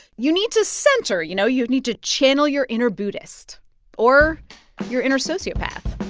you need to center. you know, you need to channel your inner buddhist or your inner sociopath